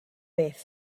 beth